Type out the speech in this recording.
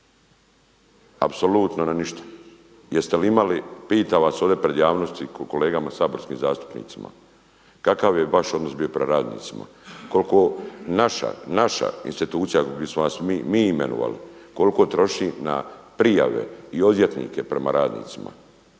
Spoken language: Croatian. Apsolutno na ništa. Jeste li imali, pitam vas ovdje pred javnosti, kolegama saborskim zastupnicima, kakav je vaš odnos bio prema radnicima, koliko naša, naša institucija ako bismo vas mi imenovali, koliko troši na prijave i odvjetnike prema radnicima?